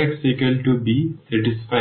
Ax b সন্তুষ্ট করে